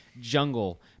jungle